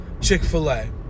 Chick-fil-A